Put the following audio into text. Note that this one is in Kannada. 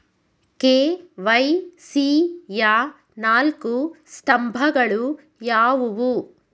ಕೆ.ವೈ.ಸಿ ಯ ನಾಲ್ಕು ಸ್ತಂಭಗಳು ಯಾವುವು?